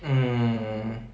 um